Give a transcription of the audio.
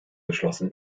geschlossen